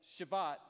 Shabbat